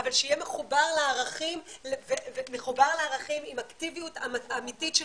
אבל שיהיה מחובר לערכים עם אקטיביות אמיתית של